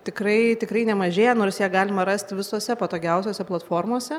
tikrai tikrai nemažėja nors ją galima rasti visose patogiausiose platformose